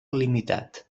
limitat